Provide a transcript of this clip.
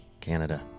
Canada